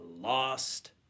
lost